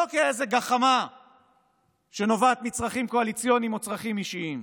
לא כאיזו גחמה שנובעת מצרכים קואליציוניים או צרכים אישיים.